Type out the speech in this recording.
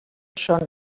són